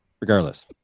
regardless